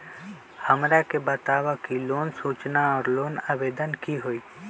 हमरा के बताव कि लोन सूचना और लोन आवेदन की होई?